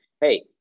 hey